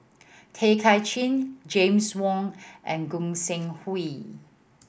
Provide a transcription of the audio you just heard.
Tay Kay Chin James Wong and Gog Sing Hooi